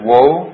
Woe